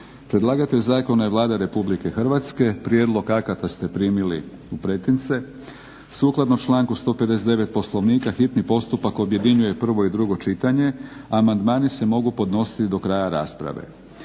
Predlagatelj zakona je Vlada Republike Hrvatske. Prijedlog akata ste primili u pretince. Sukladno članku 159. Poslovnika hitni postupak objedinjuje prvo i drugo čitanje, a amandmani se mogu podnositi do kraja rasprave.